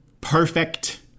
Perfect